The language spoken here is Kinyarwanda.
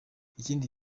ikindi